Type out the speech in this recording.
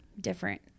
different